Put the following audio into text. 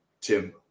Tim